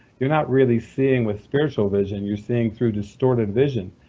you're not really seeing with spiritual vision you're seeing through distorted vision.